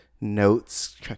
notes